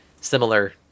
Similar